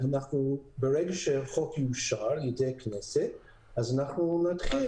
ברגע שהחוק יאושר על-ידי הכנסת אז אנחנו נתחיל.